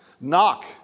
Knock